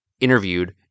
interviewed